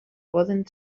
poden